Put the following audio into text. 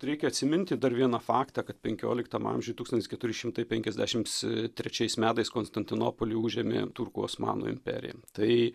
reikia atsiminti dar vieną faktą kad penkioliktam amžiuj tūkstantis keturi šimtai penkiasdešimts trečiais metais konstantinopolį užėmė turkų osmanų imperija tai